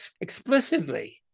explicitly